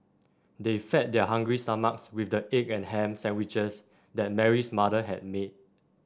they fed their hungry stomachs with the egg and ham sandwiches that Mary's mother had made